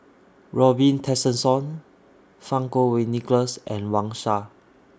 Robin Tessensohn Fang Kuo Wei Nicholas and Wang Sha